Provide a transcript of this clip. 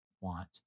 want